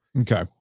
Okay